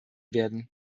werden